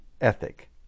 ethic